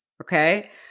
okay